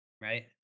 Right